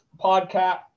podcast